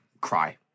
cry